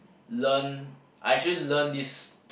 learn I actually learn this